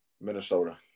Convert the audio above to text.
Minnesota